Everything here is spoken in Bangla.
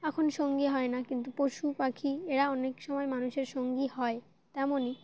এখন সঙ্গী হয় না কিন্তু পশু পাখি এরা অনেক সময় মানুষের সঙ্গী হয় তেমনই